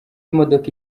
imodoka